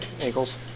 ankles